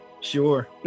sure